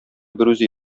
берүзе